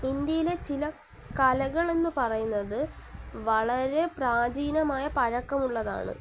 ഇന്ത്യയിലെ ചില കലകളെന്നു പറയുന്നത് വളരെ പ്രാചീനമായ പഴക്കമുള്ളതാണ്